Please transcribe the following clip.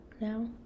now